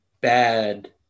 bad